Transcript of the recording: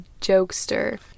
jokester